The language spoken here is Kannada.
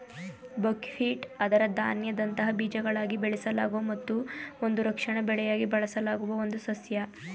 ಬಕ್ಹ್ವೀಟ್ ಅದರ ಧಾನ್ಯದಂತಹ ಬೀಜಗಳಿಗಾಗಿ ಬೆಳೆಸಲಾಗೊ ಮತ್ತು ಒಂದು ರಕ್ಷಾ ಬೆಳೆಯಾಗಿ ಬಳಸಲಾಗುವ ಒಂದು ಸಸ್ಯ